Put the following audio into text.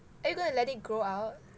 are you gonna let it grow out